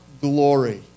glory